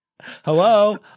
Hello